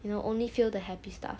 you know only feel the happy stuff